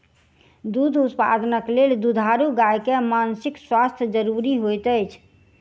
दूध उत्पादनक लेल दुधारू गाय के मानसिक स्वास्थ्य ज़रूरी होइत अछि